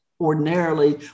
ordinarily